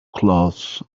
cloths